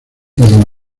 del